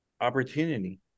opportunity